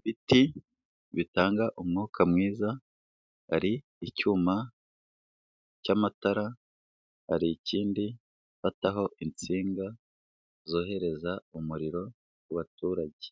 Ibiti bitanga umwuka mwiza, hari icyuma cy'amatara, hari ikindi fataho insinga zohereza umuriro ku baturage.